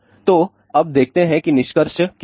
तो अब देखते हैं कि निष्कर्ष क्या है